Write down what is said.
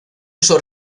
uso